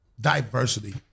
diversity